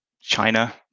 china